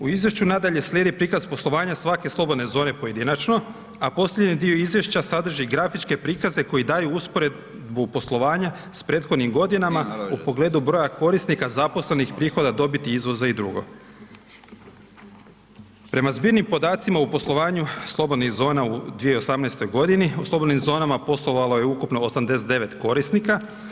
U izvješću nadalje slijedi prikaz poslovanje svake slobodne zone pojedinačno, a posljednji dio izvješća sadrži grafičke prikaze koji daju usporedbu poslovanja s prethodnim godinama u pogledu broja korisnika, zaposlenih, prihod, dobiti, izvoza i dr. Prema zbirnim podacima u poslovanju slobodnih zona u 2018. g. u slobodnim zonama poslovalo je ukupno 89 korisnika.